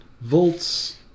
Volts